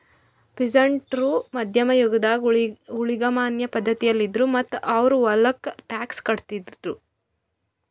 peasant ರು ಮಧ್ಯಮ್ ಯುಗದಾಗ್ ಊಳಿಗಮಾನ್ಯ ಪಧ್ಧತಿಯಲ್ಲಿದ್ರು ಮತ್ತ್ ಅವ್ರ್ ಹೊಲಕ್ಕ ಟ್ಯಾಕ್ಸ್ ಕಟ್ಟಿದ್ರು